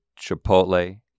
Chipotle